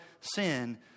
sin